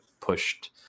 pushed